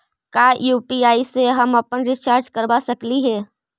का यु.पी.आई से हम रिचार्ज करवा सकली हे?